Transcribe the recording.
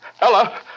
Ella